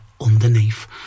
underneath